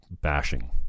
bashing